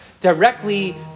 directly